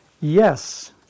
Yes